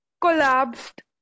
collapsed